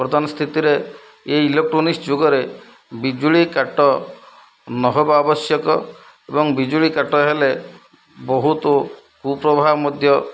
ପ୍ରଧାନ ସ୍ଥିତିରେ ଏଇ ଇଲେକଟ୍ରୋନିକ୍ସ ଯୁଗରେ ବିଜୁଳି କାଟ ନହେବା ଆବଶ୍ୟକ ଏବଂ ବିଜୁଳି କାଟ ହେଲେ ବହୁତ କୁପ୍ରବାହ ମଧ୍ୟ